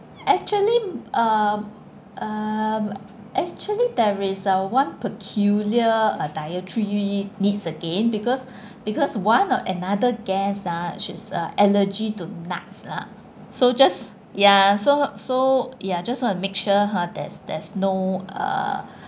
actually um uh actually there is a one peculiar uh dietary needs again because because one or another guest ah she's uh allergy to nuts lah so just ya so so ya just want to make sure ha there's there's no uh